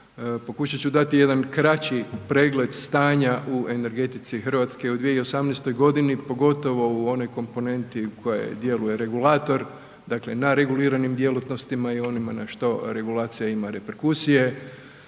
pokušat ću dati jedan kraći pregled stanja u energetici Hrvatske u 2018. g. pogotovo u onoj komponenti u kojoj djeluje regulator dakle na reguliranim djelatnostima i onima na što regulacija ima reperkusije.